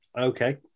Okay